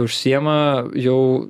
užsiima jau